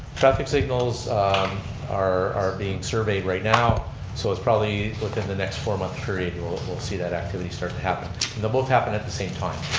traffic signals are being surveyed right now so it's probably within the next four month period we'll we'll see that after they start to happen and they'll both happen at the same time